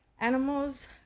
animals